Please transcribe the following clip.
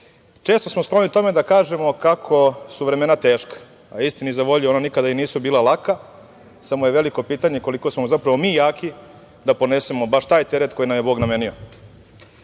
smo skloni tome da kažemo kako su vremena teška, a istini za volju ona nikada i nisu bila laka, samo je veliko pitanje koliko smo zapravo mi jaki da podnesemo baš taj teret koji nam je Bog namenio. Srbija